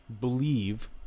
Believe